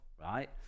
right